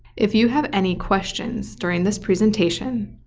if you have any questions during this presentation,